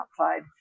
outside